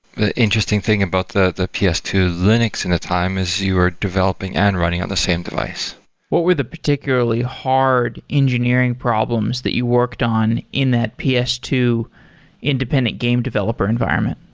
the interesting thing about the the p s two linux in the time is you were developing and running on the same device what were the particularly hard engineering problems that you worked on in that p s two independent game developer environment?